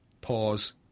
Pause